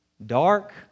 dark